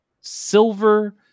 silver